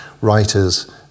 writers